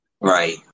Right